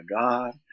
God